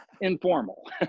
informal